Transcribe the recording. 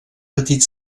petit